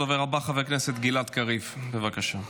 הדובר הבא חבר הכנסת גלעד קריב, בבקשה.